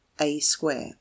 A-square